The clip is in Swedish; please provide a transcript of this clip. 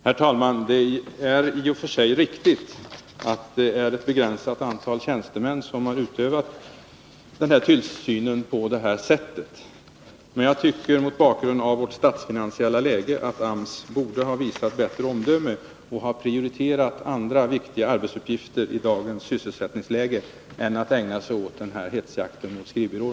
Herr talman! Det är i och för sig riktigt att det är ett begränsat antal tjänstemän som har utövat den här tillsynen, men jag tycker, mot bakgrund av vårt statsfinansiella läge, att AMS borde ha visat bättre omdöme. AMS borde i dagens sysselsättningsläge ha prioriterat andra viktiga arbetsuppgifter än att ägna sig åt den här hetsjakten på skrivbyråer.